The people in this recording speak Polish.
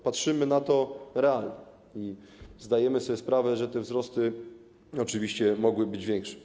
Patrzymy na to realnie i zdajemy sobie sprawę, że te wzrosty oczywiście mogły być większe.